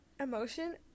emotion